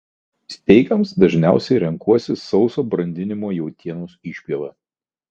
steikams dažniausiai renkuosi sauso brandinimo jautienos išpjovą